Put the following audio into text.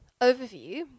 overview